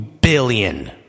billion